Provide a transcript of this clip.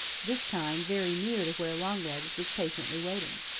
this time, very near to where longlegs was patiently waiting.